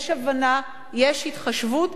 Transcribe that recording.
יש הבנה, יש התחשבות.